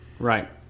Right